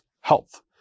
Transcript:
health